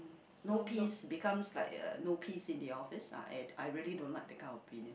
no peace becomes like uh no peace in the office I I really don't like that kind of feeling